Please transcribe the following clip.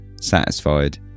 Satisfied